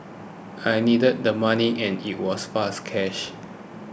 I needed the money and it was fast cash